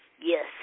Yes